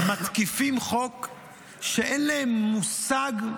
מתקיפים חוק, אין להם מושג,